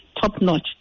top-notch